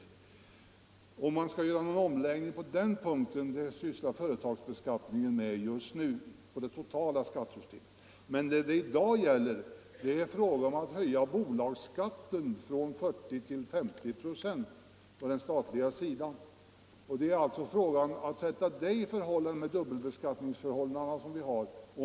Huruvida man skall göra någon omläggning av det totala skattesystemet sysslar företagsskatteberedningen med just nu. Men vad det i dag gäller är frågan om att höja bolagsskatten från 40 96 till 50 96 på den statliga sidan. Det är alltså fråga om att sätta det i förhållande till de dubbelbeskattningsförhållanden vi har.